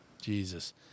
Jesus